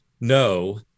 No